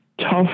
tough